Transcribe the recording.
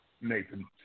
Nathan